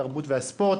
התרבות והספורט.